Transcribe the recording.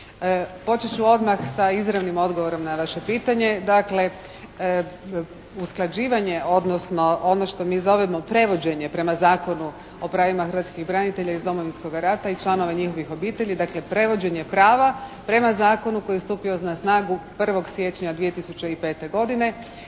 Počet ću odmah sa izravnim odgovorom na vaše pitanje. Dakle, usklađivanje odnosno ono što mi zovemo prevođenje prema Zakonu o pravima hrvatskih branitelja iz Domovinskoga rata i članova njihovih obitelji dakle, prevođenje prava prema zakonu koji je stupio na snagu 1. siječnja 2005. godine